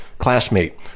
Classmate